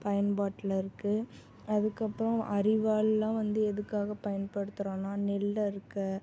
பயன்பாட்டில் இருக்குது அதுக்கப்புறம் அரிவாள்லாம் வந்து எதுக்காக பயன்படுத்துறோம்னா நெல் அறுக்க